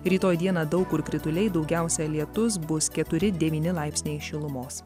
rytoj dieną daug kur krituliai daugiausia lietus bus keturi devyni laipsniai šilumos